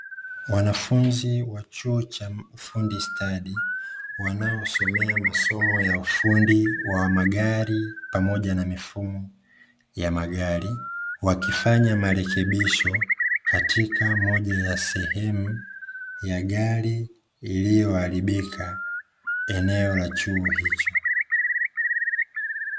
Wanafunzi wa chuo cha ufundi stadi wanaosomea masomo ya ufundi wa magari pamoja na mifumo ya magari, wakifanya marekebisho katika moja ya sehemu ya gari iliyoharibika eneo la chuo hicho.